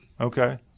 Okay